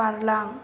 बारलां